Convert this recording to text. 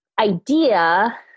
idea